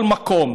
כל מקום